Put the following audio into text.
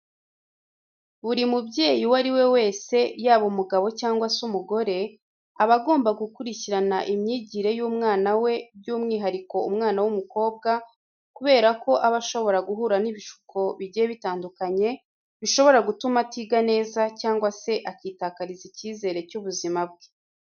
Buri mubyeyi uwo ari we wese, yaba umugabo cyangwa se umugore, aba agomba gukurikirana imyigire y'umwana we by'umwihariko umwana w'umukobwa kubera ko aba ashobora guhura n'ibishuko bigiye bitandukanye bishobora gutuma atiga neza cyangwa se akitakariza icyizere cy'ubuzima bwe.